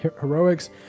heroics